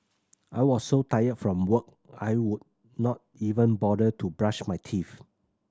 I was so tired from work I would not even bother to brush my teeth